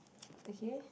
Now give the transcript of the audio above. okay